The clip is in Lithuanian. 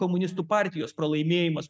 komunistų partijos pralaimėjimas